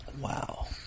Wow